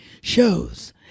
shows